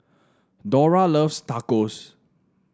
Dora loves Tacos